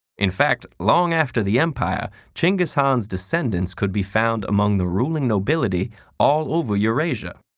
in fact, long after the empire, genghis khan's descendants could be found among the ruling nobility all over eurasia.